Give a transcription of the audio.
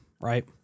right